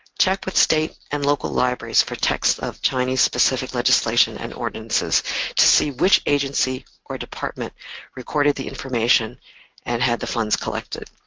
check with state and local libraries for texts of chinese specific legislation and ordinances to see which agency or department recorded the information and had the funds collected.